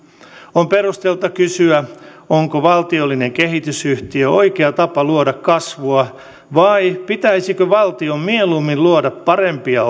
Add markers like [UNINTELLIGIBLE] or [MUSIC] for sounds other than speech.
on perusteltua kysyä onko valtiollinen kehitysyhtiö oikea tapa luoda kasvua vai pitäisikö valtion mieluummin luoda parempia [UNINTELLIGIBLE]